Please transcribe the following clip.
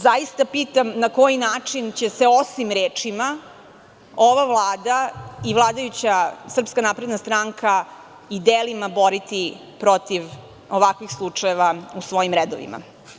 Zaista pitam, na koji način će se osim rečima, ova vlada i vladajuća SNS i delima boriti protiv ovakvih slučajeva u svojim redovima?